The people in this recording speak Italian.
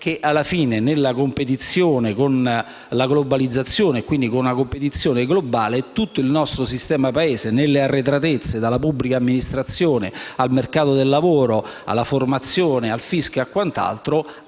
che alla fine, nella competizione con la globalizzazione, e quindi con una competizione globale, tutto il nostro sistema Paese con le sue arretratezze (dalla pubblica amministrazione, al mercato del lavoro, alla formazione, al fisco e a quant'altro)